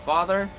Father